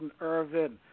Irvin